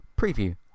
preview